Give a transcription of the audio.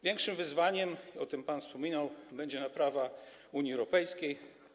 Większym wyzwaniem - o tym pan wspominał - będzie naprawa Unii Europejskiej.